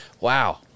Wow